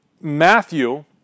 Matthew